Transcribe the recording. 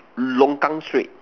longkang straight